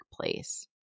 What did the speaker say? place